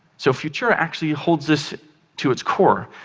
so futura actually holds this to its core.